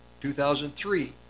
2003